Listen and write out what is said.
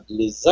les